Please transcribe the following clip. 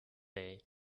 day